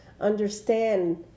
understand